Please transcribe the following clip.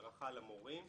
הדרכה למורים.